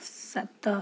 ସାତ